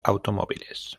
automóviles